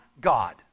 God